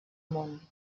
món